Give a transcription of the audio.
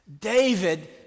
David